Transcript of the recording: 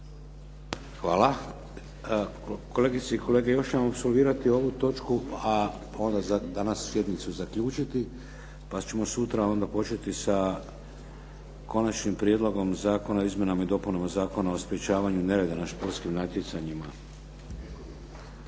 Hvala. Kolegice i kolege, još ćemo apsolvirati ovu točku, a onda za danas sjednicu zaključiti pa ćemo sutra onda početi sa Konačnim prijedlogom zakona o izmjenama i dopunama Zakona o sprječavanju nereda na športskim natjecanjima. Tako